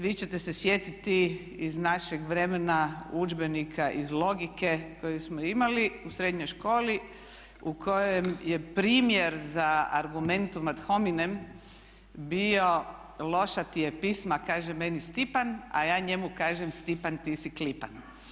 Vi ćete se sjetiti iz našeg vremena udžbenika iz logike koji smo imali u srednjoj školi u kojoj je primjer za argumentum ad hominem bio loša ti je pisma kaže meni Stipan a ja njemu kažem Stipan ti si klipan.